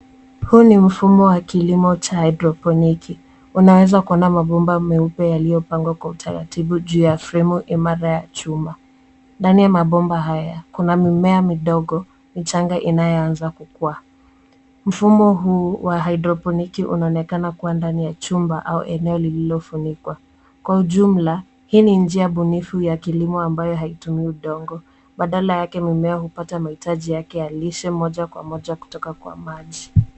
Huu ni mfumo wa kilimo cha haidroponiki, unaweza kuona mabomba meupe yaliyopangwa kwa utaratibu juu ya fremu imara ya chuma. Ndani ya mabomba haya, kuna mimea midogo, michanga inayoanza kukuwa. Mfumo huu wa haidroponiki unaonekana kuwa ndani ya chumba au eneo lililofunikwa. Kwa jumla hii ni njia bunifu ya kilimo ambayo haitumii udongo, badala yake mimea hupata mahitaji yake ya lishe moja kwa moja kutoka kwa maji.